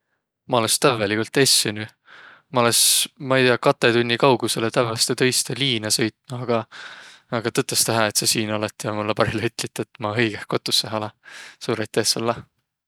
Maq olõs tävveligult essünüq. Maq olõs, ma ei tiiäq, katõ tunni kaugusõlõ tävveste tõistõ liina sõitnuq. Aga tõtõstõ hää, et saq siin olõt ja mullõ parhilla ütlit, et maq õigõh kotussõh olõ.